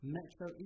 Metro